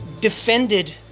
defended